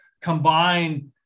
combine